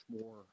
more